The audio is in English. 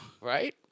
Right